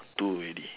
two already